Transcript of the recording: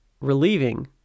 relieving